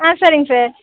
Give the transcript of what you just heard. ஆ சரிங்க சார்